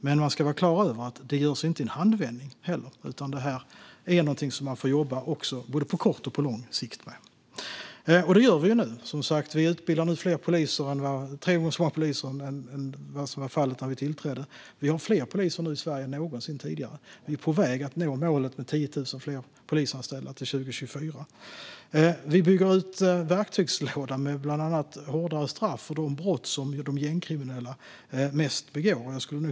Men man ska vara klar över att det inte görs i en handvändning utan att det är någonting som man får jobba med både på kort och på lång sikt. Det gör vi nu. Vi utbildar nu tre gånger så många poliser än vad som var fallet när vi tillträdde. Vi har nu fler poliser i Sverige än någonsin tidigare. Vi är på väg att nå målet med 10 000 fler polisanställda till 2024. Vi bygger ut verktygslådan med bland annat hårdare straff för de brott som de gängkriminella mest begår.